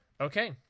Okay